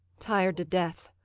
tired to death.